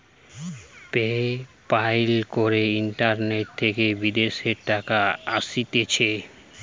pay প্যালে করে internet থেকে বিদেশের টাকা আসতিছে